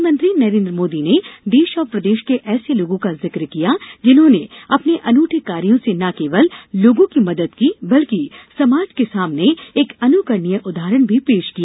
प्रधानमंत्री नरेन्द्र मोदी ने देश और प्रदेश के ऐसे लोगों का जिक किया जिन्होंने अपने अनुठे कार्यों से न केवल लोगों की मदद की बल्कि समाज के सामने एक अनुकरणीय उदाहरण भी पेश किया